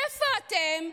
איפה אתם?